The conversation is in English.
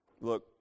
Look